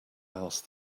asked